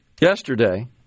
yesterday